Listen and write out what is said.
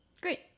Great